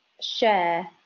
share